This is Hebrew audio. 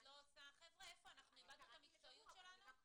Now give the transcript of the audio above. מה, איבדנו את המקצועיות שלנו?